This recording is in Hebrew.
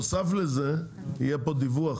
בנוסף לזה יהיה פה דיווח